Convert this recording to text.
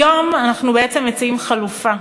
היום אנחנו בעצם מציעים חלופה,